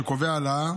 שקובע העלאה